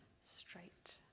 straight